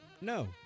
No